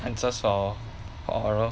andswers for oral